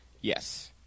Yes